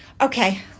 okay